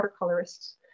watercolorists